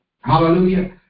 Hallelujah